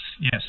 yes